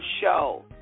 show